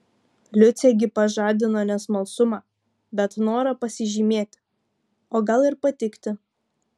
liucė gi pažadino ne smalsumą bet norą pasižymėti o gal ir patikti